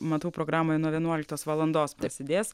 matau programoje nuo vienuoliktos valandos prasidės